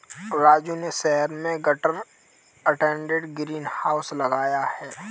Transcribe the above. राजू ने शहर में गटर अटैच्ड ग्रीन हाउस लगाया है